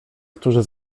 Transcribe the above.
którzy